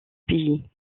pays